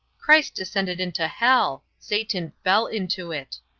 christ descended into hell satan fell into it.